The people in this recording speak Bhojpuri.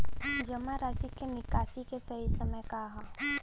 जमा राशि क निकासी के सही समय का ह?